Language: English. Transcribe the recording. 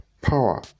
power